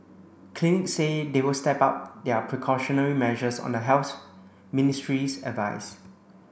clinics said they will step up their precautionary measures on the Health Ministry's advice